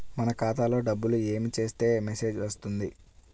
మన ఖాతాలో డబ్బులు ఏమి చేస్తే మెసేజ్ వస్తుంది?